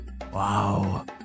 Wow